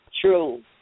True